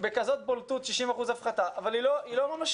בכזאת בולטות 60 אחוזים הפחתה, אבל היא לא ממשית.